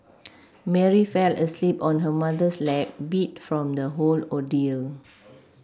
Mary fell asleep on her mother's lap beat from the whole ordeal